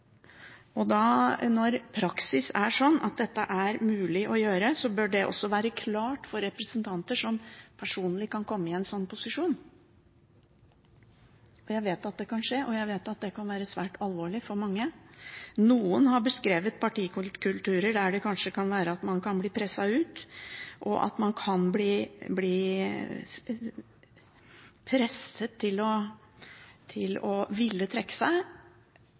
Når praksis er slik at dette er mulig å gjøre, bør det også være klart for representanter som personlig kan komme i en slik posisjon. Jeg vet at det kan skje, og jeg vet at det kan være svært alvorlig for mange. Noen har beskrevet partikulturer der det kanskje er slik at man kan bli presset ut, og at man kan bli presset til å ville trekke seg.